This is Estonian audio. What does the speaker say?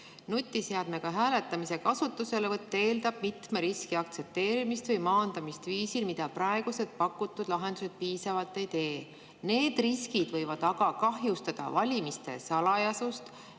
"Nutiseadmega hääletamise kasutuselevõtt eeldab mitme riski aktsepteerimist või maandamist viisil, mida praegused pakutud lahendused piisavalt ei tee. Need riskid võivad aga kahjustada valimiste salajasust,